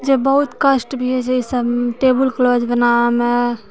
जे बहुत कष्ट भी होइ छै एहि सभ टेबुल क्लोथ बनाबैमे